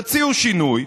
תציעו שינוי.